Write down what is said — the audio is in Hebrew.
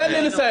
תן לי לסיים.